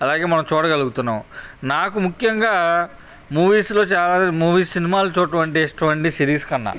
అలాగే మనం చూడగలుగుతున్నాం నాకు ముఖ్యంగా మూవీస్లో మూవీస్ సినిమాలు చూడటం అంటే ఇష్టం అండి సిరీస్ కన్నా